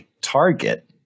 target